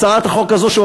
הצעת החוק הזאת,